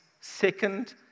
second